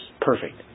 perfect